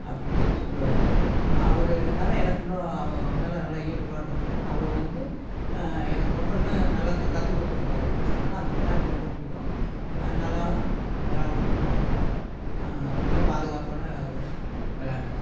அப்படின்னு சொல்லி சொல்லுவார் அவருனால எனக்கு இன்னும் அவர் மேலே நல்ல ஈடுபாடு இருக்குது அவரு வந்து எனக்கு ரொம்ப இன்னும் நல்லா கற்று கொடுத்துருக்காரு அதனால் அந்த விளாட்டு ரொம்ப பிடிக்கும் நல்லாவும் விளாண்டுக்கிட்டுருக்கோம் ரொம்ப பாதுகாப்பான விளாட்டுதான்